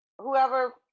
whoever